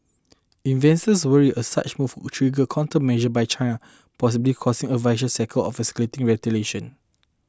investors worry a such move could trigger countermeasures by China possibly causing a vicious cycle of escalating retaliation